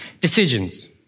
Decisions